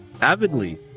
avidly